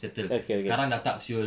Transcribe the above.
settle sekarang dah tak [siol]